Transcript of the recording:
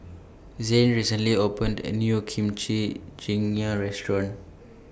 Zain recently opened A New Kimchi Jjigae Restaurant